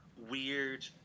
weird